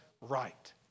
right